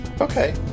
Okay